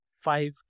five